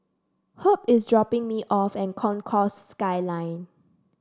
Herb is dropping me off at Concourse Skyline